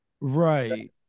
Right